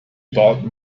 bought